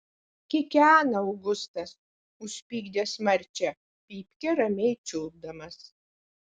kikena augustas užpykdęs marčią pypkę ramiai čiulpdamas